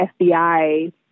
FBI